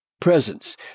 presence